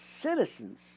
Citizens